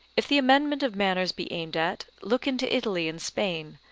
if the amendment of manners be aimed at, look into italy and spain,